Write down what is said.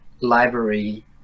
library